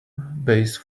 base